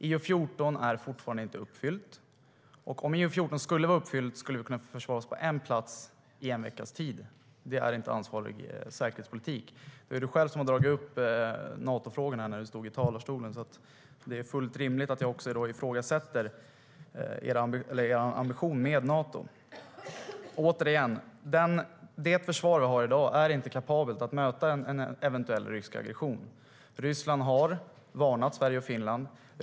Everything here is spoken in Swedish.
IO 14 är fortfarande inte uppfylld, och om IO 14 vore uppfylld skulle vi kunna försvara oss på en plats i en veckas tid. Det är inte ansvarig säkerhetspolitik. Det var du själv som drog upp Natofrågorna när du stod i talarstolen, och då är det också fullt rimligt att jag ifrågasätter er ambition med Nato.Återigen, det försvar vi har i dag är inte kapabelt att möta en eventuell rysk aggression. Ryssland har varnat Sverige och Finland.